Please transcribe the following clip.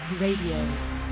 Radio